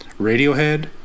Radiohead